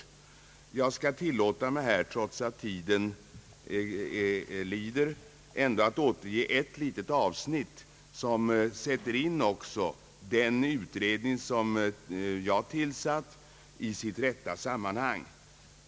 Trots att tiden lider skall jag ändå tillåta mig att återge ett litet avsnitt som även sätter in den av mig tillsatta utredningen i dess rätta sammanhang.